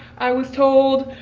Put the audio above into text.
i was told.